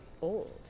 old